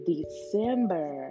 December